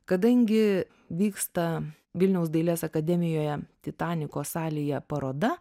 kadangi vyksta vilniaus dailės akademijoje titaniko salėje paroda